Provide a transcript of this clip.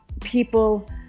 people